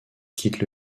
quittent